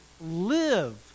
live